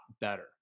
better